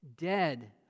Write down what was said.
dead